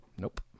Nope